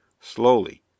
Slowly